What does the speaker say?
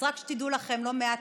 אז רק שתדעו לכם, לא מעט